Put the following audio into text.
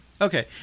Okay